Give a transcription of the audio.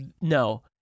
no